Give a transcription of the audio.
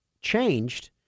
changed